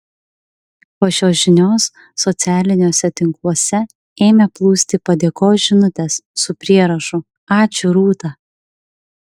po šios žinios socialiniuose tinkluose ėmė plūsti padėkos žinutės su prierašu ačiū rūta